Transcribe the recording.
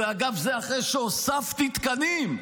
ואגב, זה אחרי שהוספתי תקנים.